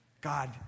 God